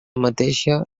mateixa